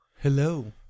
Hello